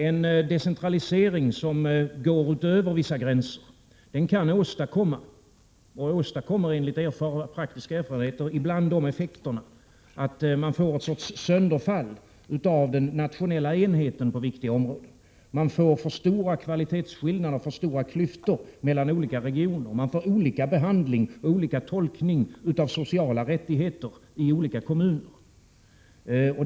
En decentralisering som går utöver vissa gränser kan åstadkomma — och åstadkommer enligt praktiska erfarenheter — ibland de effekterna att det sker en sorts sönderfall av den nationella enheten på viktiga områden. Det blir för stora kvalitetsskillnader, för stora klyftor mellan olika regioner. Det blir olika behandling och olika tolkning av sociala rättigheter i olika kommuner.